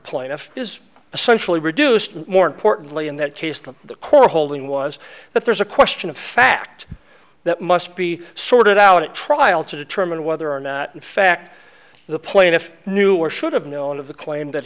plaintiff is essentially reduced more importantly in that case to the core holding was that there's a question of fact that must be sorted out at trial to determine whether or not in fact the plaintiff knew or should have known of the claim that